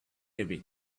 away